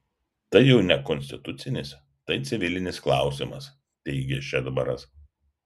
tai jau ne konstitucinis tai civilinis klausimas teigė šedbaras